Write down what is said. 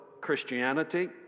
Christianity